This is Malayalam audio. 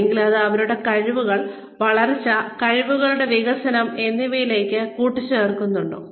അല്ലെങ്കിൽ അത് അവരുടെ കഴിവുകൾ വളർച്ച കഴിവുകളുടെ വികസനം എന്നിവയിലേക്ക് അത് കൂട്ടിച്ചേർക്കുന്നുണ്ടോ